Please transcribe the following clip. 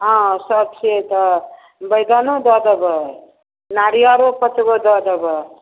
हँ सब छिए तऽ बेदानो दऽ देबै नारिअरो पाँच गो दऽ देबै